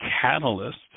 catalyst